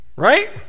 Right